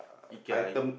Ikea I~